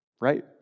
Right